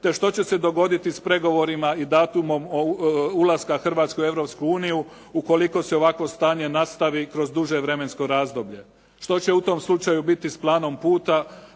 te što će se dogoditi s pregovorima i datumom ulaska Hrvatske u Europsku uniju ukoliko se ovakvo stanje nastavi kroz duže vremensko razdoblje. Što će u tom slučaju biti s planom puta